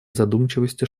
задумчивости